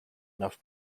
enough